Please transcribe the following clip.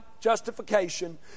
justification